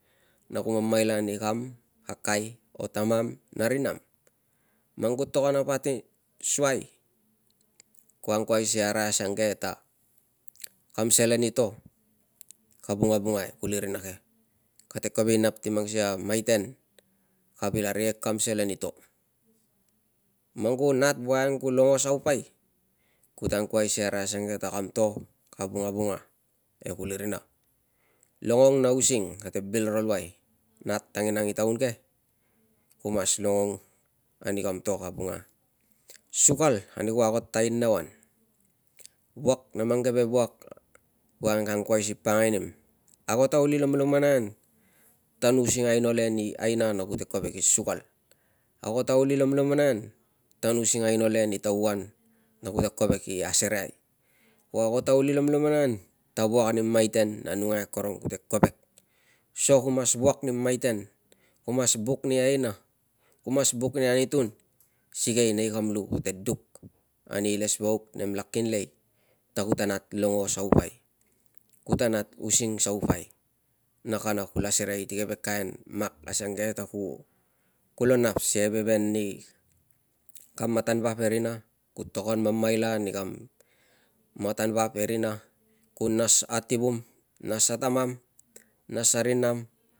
Na ku mamaila ani kam kakai o tamam na ri nam. Man ku tokon a pasin suai ku angkuai si arai asange ta kam selen i to ka vungavunga e kulirina ke, kate kovek i mang sikei a maiten ka vil arikek kam selen i to. Man ku nat woiang ku longong saupai kute angkuai si arai asange ta kam to ka vunga e kulirina. Longong na using kate bil ro luai, nat tanginang i taun ke ku mas longong ani kam to ka vunga. Sukal ani ku ago ta tainau an, wuak na mang keve wuak woiang ka angkuai si pakangai nim, ago ta kuli lomlomonai an tan using aino le ni aina na kute kovek i sukal, ago ta lomlomonai an tan using aino ni tauan na kute kovek i asereai, ku ago ta kuli lomlomonai an ta wuak ani maiten na numai akorong kute kovek. So ku mas wuak ni maiten, ku mas buk ni aina, ku mas buk ni anitun sikei nei kam lu kute duk ani ilesvauk nemla kinlei ta kute nat longo saupai, kute nat using saupai na kana kula serei ti keve kain mak asange ta ku- ku lo nap si aiveven ani kam matan vap e rina, ku tokon mamaila ani kam matan vap e rina, ku nas a tivum, nas a tamam, nas a ri nam